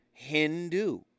Hindu